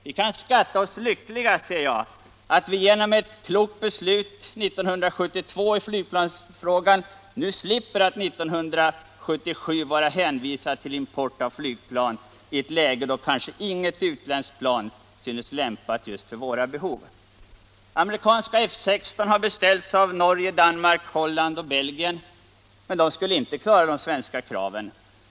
Vi kan skatta oss lyckliga, anser jag, att vi genom ett klokt beslut 1972 i flygplansfrågan nu slipper att 1977 vara hänvisade till import av flygplan i ett läge då kanske inget utländskt plan synes lämpat just för våra behov. Amerikanska F 16 har beställts av Norge, Danmark, Holland och Belgien, men det planet skulle inte klara de svenska kraven.